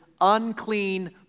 unclean